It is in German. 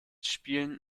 spielen